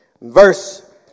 verse